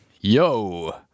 Yo